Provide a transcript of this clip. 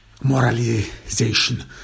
Moralization